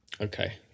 Okay